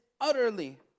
utterly